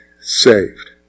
saved